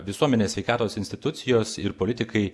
visuomenės sveikatos institucijos ir politikai